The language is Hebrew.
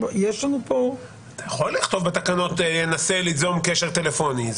אתה יכול לכתוב בתקנות נסה ליזום קשר טלפוני.